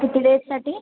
किती डेजसाठी